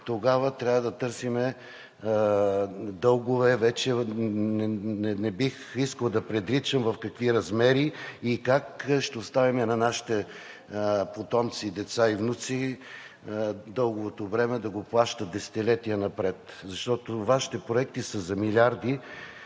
тогава трябва да търсим дългове вече – не бих искал да предричам, в какви размери и как ще оставим на нашите потомци, деца и внуци дълговото време да го плащат десетилетия напред. Защото Вашите проекти са за милиарди,